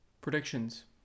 Predictions